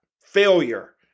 failure